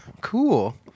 cool